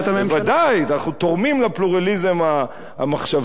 בוודאי, ואנחנו תורמים לפלורליזם המחשבתי.